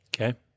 Okay